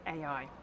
AI